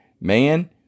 Man